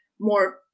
more